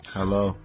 Hello